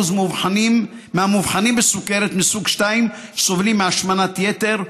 מהמאובחנים בסוכרת מסוג 2 סובלים מהשמנת יתר,